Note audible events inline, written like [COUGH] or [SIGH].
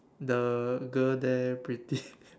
the girl there pretty [LAUGHS]